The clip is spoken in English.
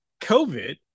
COVID